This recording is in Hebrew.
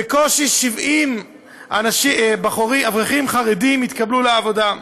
בקושי 70 אברכים חרדים התקבלו לעבודה.